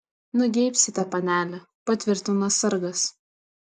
nugeibsite panele patvirtino sargas